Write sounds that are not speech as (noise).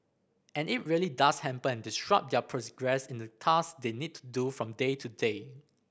and it really does hamper and disrupt their (unintelligible) in the task they need to do from day to day